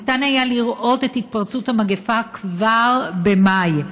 ניתן היה לראות את התפרצות המגפה כבר במאי.